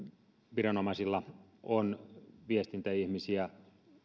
viranomaisilla on viestintäihmisiä